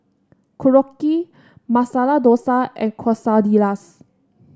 Korokke Masala Dosa and Quesadillas